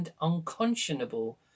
unconscionable